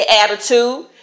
attitude